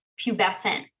pubescent